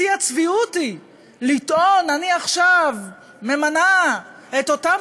שיא הצביעות הוא לטעון: אני עכשיו ממנה את אותם